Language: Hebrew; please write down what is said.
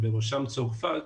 למשל צרפת,